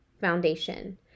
foundation